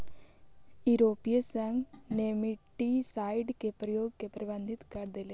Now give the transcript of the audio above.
यूरोपीय संघ नेमेटीसाइड के प्रयोग के प्रतिबंधित कर देले हई